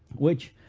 which,